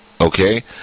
Okay